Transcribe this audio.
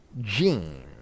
gene